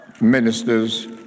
ministers